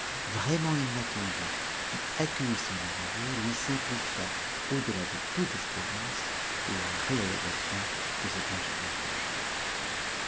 vraiment inattendue qui accueillit son arrivée lui simplifia au delà de toute espérance la réalisation de cet ingénieux projet